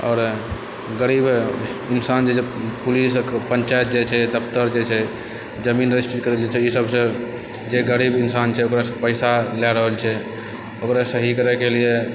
आओर गरीब इन्सान जे जब पुलिस पञ्चायत जाइ छै दफ्तर जाइ छै जमीन रजिस्ट्री करबै जाइ छै ई सबसँ जे गरीब इन्सान छै ओकरासँ पैसा लए रहल छै ओकरा सही करैके लिए